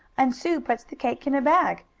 and sue puts the cake in a bag,